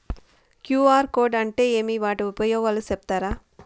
QR code అంటే ఏమి వాటి ఉపయోగాలు సెప్తారా?